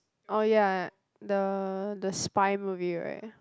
oh ya the the spy movie right